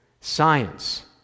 Science